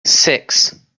six